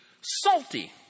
salty